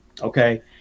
okay